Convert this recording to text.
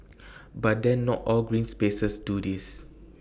but then not all green spaces do this